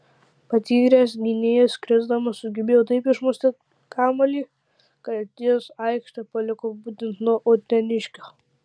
patyręs gynėjas krisdamas sugebėjo taip išmušti kamuolį kad jis aikštę paliko būtent nuo uteniškio